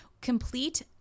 complete